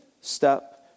step